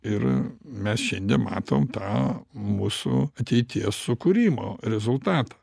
ir mes šiandien matom tą mūsų ateities sukūrimo rezultatą